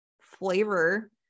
flavor